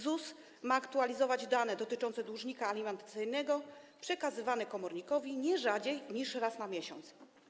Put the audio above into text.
ZUS ma aktualizować dane dotyczące dłużnika alimentacyjnego, które są przekazywane komornikowi nie rzadziej niż raz na miesiąc.